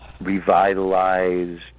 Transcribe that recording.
revitalized